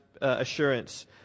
assurance